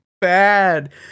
bad